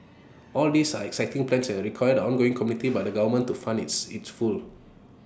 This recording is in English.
all these are exciting plans and IT require the ongoing commitment by the government to fund this IT full